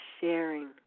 sharing